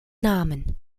namen